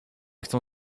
chcą